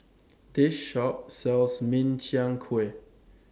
This Shop sells Min Chiang Kueh